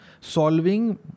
solving